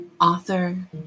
author